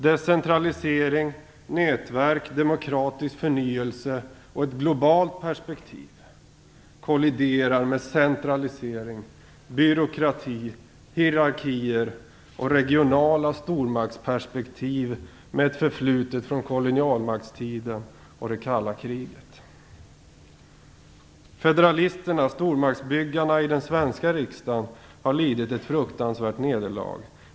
Decentralisering, nätverk, demokratisk förnyelse och ett globalt perspektiv kolliderar med centralisering, byråkrati, hierarkier och regionala stormaktsperspektiv med ett förflutet i kolonialmaktstiden och det kalla kriget. Federalisterna, stormaktsbyggarna, i den svenska riksdagen har lidit ett fruktansvärt nederlag.